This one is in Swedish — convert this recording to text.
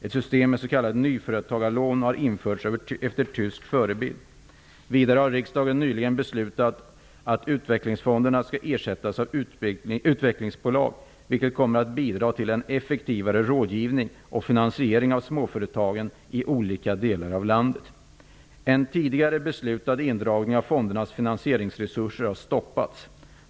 Ett system med s.k. nyföretagarlån har införts efter tysk förebild. Vidare har riksdagen nyligen beslutat att utvecklingsfonderna skall ersättas av utvecklingsbolag, vilket kommer att bidra till en effektivare rådgivning och finansiering av småföretagen i olika delar av landet. En tidigare beslutad indragning av fondernas finansieringsresurser har stoppats.